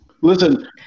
Listen